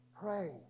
Pray